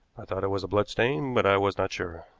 i thought it was a blood stain, but i was not sure.